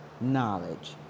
knowledge